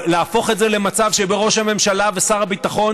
להפוך את זה למצב שבו ראש הממשלה ושר הביטחון